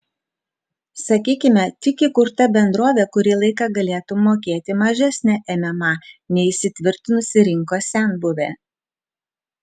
sakykime tik įkurta bendrovė kurį laiką galėtų mokėti mažesnę mma nei įsitvirtinusi rinkos senbuvė